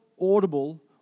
audible